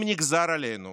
אם נגזר עלינו